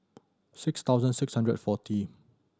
six thousand six hundred forty